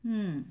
mm